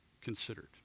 considered